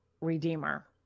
redeemer